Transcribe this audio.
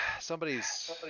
Somebody's